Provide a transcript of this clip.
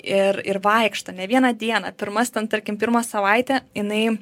ir ir vaikšto ne vieną dieną pirmas ten tarkim pirmą savaitę jinai